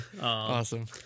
Awesome